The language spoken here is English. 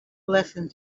blessing